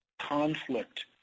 conflict